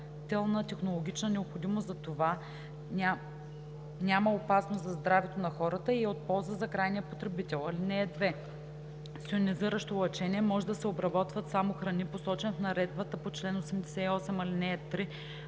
технологична необходимост за това, няма опасност за здравето на хората и е от полза за крайния потребител. (2) С йонизиращо лъчение може да се обработват само храни, посочени в наредбата по чл. 88, ал. 3,